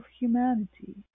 Humanity